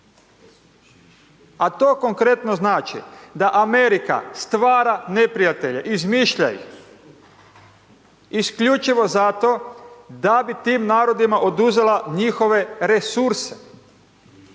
A to konkretno znači da Amerika stvara neprijatelje, izmišlja ih, isključivo za to da bi tim narodima oduzela njihove resurse.